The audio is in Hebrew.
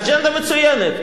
אג'נדה מצוינת.